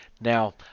Now